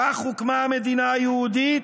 כך הוקמה המדינה היהודית,